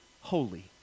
holy